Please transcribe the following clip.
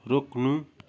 रोक्नु